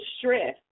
stress